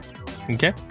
Okay